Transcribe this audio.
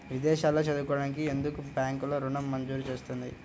విదేశాల్లో చదువుకోవడానికి ఎందుకు బ్యాంక్లలో ఋణం మంజూరు చేస్తుంది?